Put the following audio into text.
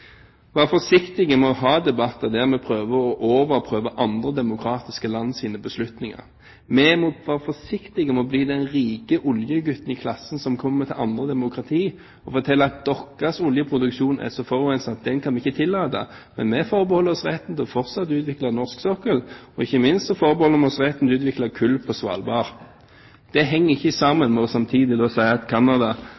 være forsiktig med å ha debatter der vi prøver å overprøve andre demokratiske lands beslutninger. Vi må være forsiktig med å bli den rike oljegutten i klassen som kommer til andre demokratier og forteller at deres oljeproduksjon er så forurenset at den kan vi ikke tillate – men vi forbeholder oss retten til fortsatt å utvikle norsk sokkel, og ikke minst forbeholder vi oss retten til å utvikle kull på Svalbard. Det henger ikke